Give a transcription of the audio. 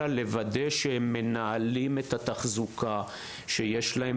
אלא לוודא שהם מנהלים את התחזוקה; שיש להם